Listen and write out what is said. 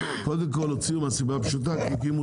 קדם כל הוציאו מהסיבה הפשוטה כי הקימו